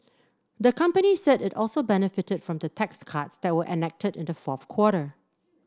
the company said it also benefited from the tax cuts that were enacted in the fourth quarter